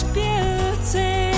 beauty